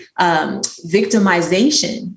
victimization